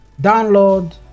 download